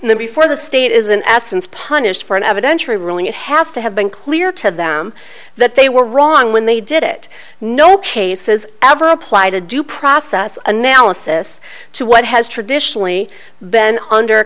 and the before the state is in essence punished for an evidentiary ruling it has to have been clear to them that they were wrong when they did it no cases ever apply to due process analysis to what has traditionally been under